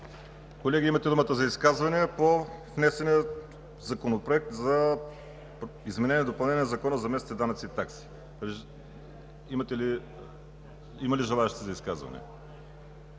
Колеги, имате думата за изказвания по внесения законопроект за изменение и допълнение на Закона за местните данъци и такси. Има ли желаещи за изказване?